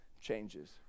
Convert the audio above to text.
changes